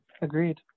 Agreed